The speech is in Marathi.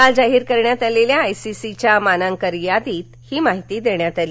काल जाहीर करण्यात आलेल्या आयसीसीच्या मानांकन यादीत ही माहिती देण्यात आली